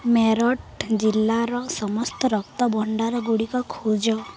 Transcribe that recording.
ମେରଟ ଜିଲ୍ଲାର ସମସ୍ତ ରକ୍ତ ଭଣ୍ଡାରଗୁଡ଼ିକ ଖୋଜ